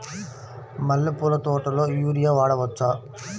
మల్లె పూల తోటలో యూరియా వాడవచ్చా?